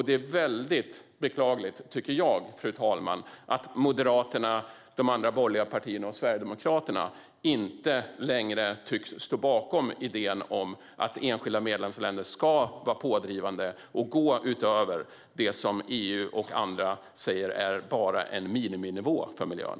Det är beklagligt, fru talman, att Moderaterna, de andra borgerliga partierna och Sverigedemokraterna inte längre tycks stå bakom idén om att enskilda medlemsländer ska vara pådrivande och gå utöver det som EU och andra säger bara är en miniminivå för miljön.